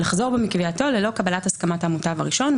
לחזור בו מקביעתו ללא קבלת הסכמת המוטב הראשון,